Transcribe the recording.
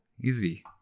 Easy